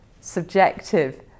subjective